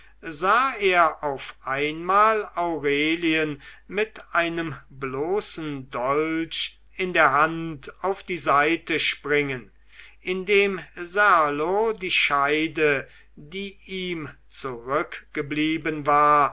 sah er auf einmal aurelien mit einem bloßen dolch in der hand auf die seite springen indem serlo die scheide die ihm zurückgeblieben war